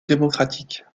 démocratiques